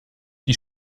die